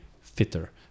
fitter